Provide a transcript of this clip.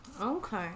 Okay